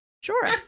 Sure